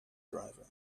driver